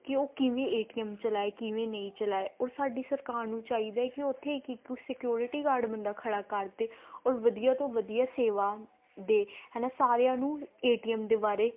ਕਿ ਉਹ ਕਿਵੇਂ ਏ ਟੀ ਐਮ ਚਲਾਏ ਕਿਵੇਂ ਨਹੀਂ ਚਲਾਏ ਔਰ ਸਾਡੀ ਸਰਕਾਰ ਨੂੰ ਚਾਹੀਦਾ ਕਿ ਉੱਥੇ ਇੱਕ ਇੱਕ ਸਿਕਿਉਰਿਟੀ ਗਾਰਡ ਬੰਦਾ ਖੜ੍ਹਾ ਕਰ ਦੇ ਔਰ ਵਧੀਆ ਤੋਂ ਵਧੀਆ ਸੇਵਾ ਦੇਵੇ ਹੈ ਨਾ ਸਾਰਿਆਂ ਨੂੰ ਏ ਟੀ ਐਮ ਦੇ ਬਾਰੇ